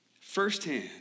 firsthand